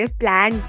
plan